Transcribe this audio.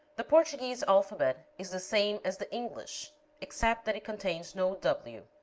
the portuguese alphabet is the same as the english except that it contains no w.